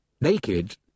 Naked